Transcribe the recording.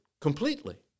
Completely